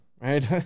right